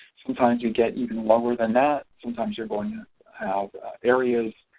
sometimes you get even lower than that, sometimes you're going ah have areas